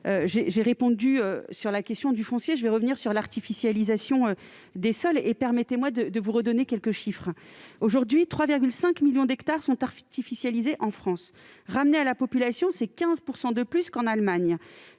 déjà répondu sur la question du foncier, je reviendrai sur celle de l'artificialisation des sols. Permettez-moi de vous redonner quelques chiffres : aujourd'hui, 3,5 millions d'hectares sont artificialisés en France. Ramené à la population, c'est 15 % de plus qu'en Allemagne